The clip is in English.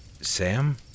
Sam